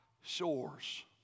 shores